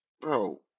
bro